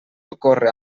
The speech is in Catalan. ocorre